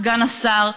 סגן השר,